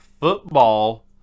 football